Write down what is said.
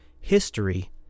history